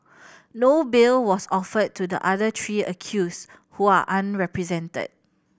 no bail was offered to the other three accused who are unrepresented